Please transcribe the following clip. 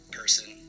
person